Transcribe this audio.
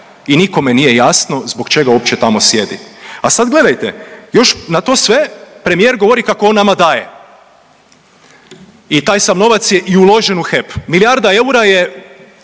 i nikome nije jasno zbog čega uopće tamo sjedi. A sad gledajte, još na to sve premijer govori kako on nama daje i taj sav novac je i uložen u HEP, milijarda eura je